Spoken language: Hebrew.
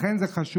לכן זה חשוד.